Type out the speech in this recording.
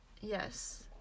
Yes